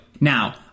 Now